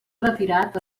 retirat